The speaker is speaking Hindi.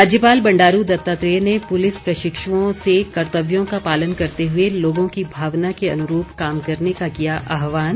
राज्यपाल बंडारू दत्तात्रेय ने पुलिस प्रशिक्षुओं से कर्तव्यों का पालन करते हुए लोगों की भावना के अनुरूप काम करने का किया आहवान